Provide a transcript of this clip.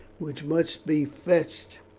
which must be fetched